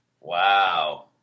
Wow